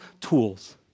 tools